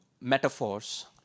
metaphors